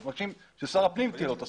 אנחנו מבקשים שלשר הפנים תהיה את הסמכות.